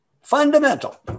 fundamental